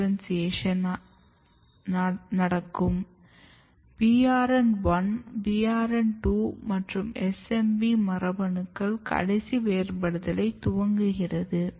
BRN1 BRN2 மற்றும் SMB மரபணுக்கள் கடைசி வேறுபடுதலை துவங்குகிறது